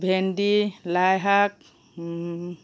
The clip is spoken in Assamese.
ভেন্দি লাইশাক